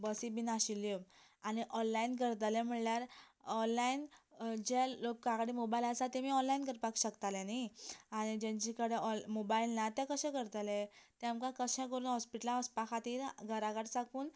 बसी बी नाशिल्ल्यो आनी ऑनलायन करतले म्हळ्यार ऑनलायन जे लोकां कडेन मोबायल आसा तेमी ऑनलायन करपाक शकताले न्ही आनी जेंचे कडेन ऑ मोबायल ना ते कशें करतले तेमकां कशें करून हॉस्पीटलान वचपा खातीर घरां कडेन साकून